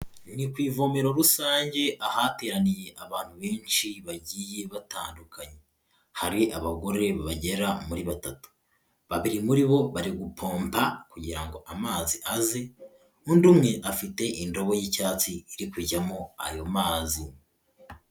Ni ku ivomero rusange ahateraniye abantu benshi bagiye batandukanye. Hari abagore bagera muri batatu. Babiri muri bo bari gupompa kugira ngo amazi aze, undi umwe afite indobo y'icyatsi iri kujyamo ayo mazi.